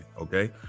okay